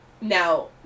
Now